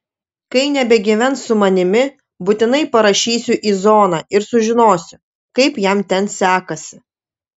kai nebegyvens su manimi būtinai parašysiu į zoną ir sužinosiu kaip jam ten sekasi